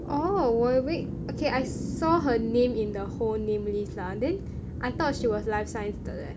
oh 我以为 okay I saw her name in the whole name list lah then I thought she was life science 的 leh